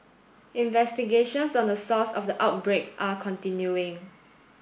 investigations on the source of the outbreak are continuing